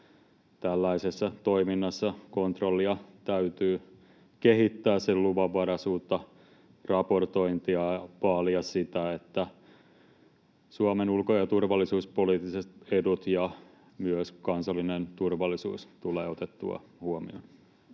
tällaisessa toiminnassa kontrollia täytyy kehittää, sen luvanvaraisuutta, raportointia, ja vaalia sitä, että Suomen ulko- ja turvallisuuspoliittiset edut ja myös kansallinen turvallisuus tulee otettua huomioon.